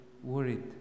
worried